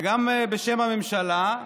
וגם בשם הממשלה,